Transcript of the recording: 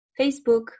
Facebook